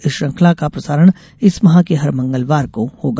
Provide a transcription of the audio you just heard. इस श्रृंखला का प्रसारण इस माह के हर मंगलवार को होगा